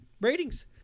Ratings